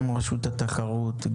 גם רשות התחרות,